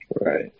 right